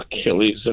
Achilles